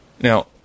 Now